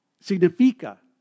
Significa